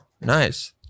Nice